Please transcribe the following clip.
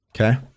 Okay